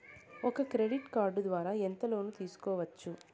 ఒక credit card ద్వారా ఎంత లోను తీసుకోవచ్చు?